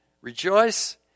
rejoice